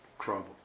trouble